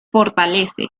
fortalece